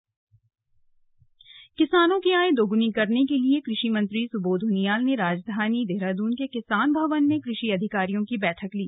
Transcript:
slug कृषि मंत्री किसानों की आय दो गुना करने के लिए कृषि मंत्री सुबोध उनियाल ने राजधानी के किसान भवन में कृषि अधिकारियों की बैठक ली